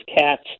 cats